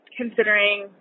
considering